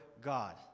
God